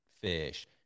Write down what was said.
fish